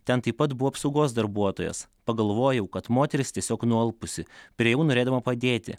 ten taip pat buvo apsaugos darbuotojas pagalvojau kad moteris tiesiog nualpusi priėjau norėdama padėti